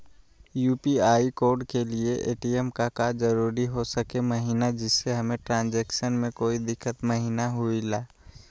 UPI code के लिए ATM का जरूरी हो सके महिना जिससे हमें ट्रांजैक्शन में कोई दिक्कत महिना हुई ला?